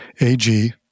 AG